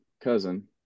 cousin